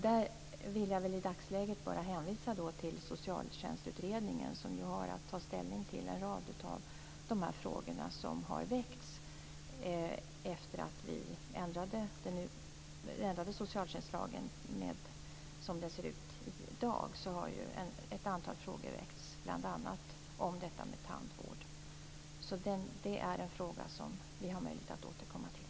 Där vill jag i dagsläget bara hänvisa till socialtjänstutredningen, som ju har att ta ställning till en rad av de frågor som har väckts efter att vi ändrade socialtjänstlagen. Som denna ser ut i dag har ju ett antal frågor väckts bl.a. om detta med tandvård. Så det är en fråga som vi har möjlighet att återkomma till.